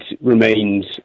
remains